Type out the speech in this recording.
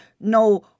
no